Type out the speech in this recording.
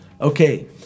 Okay